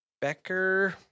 Becker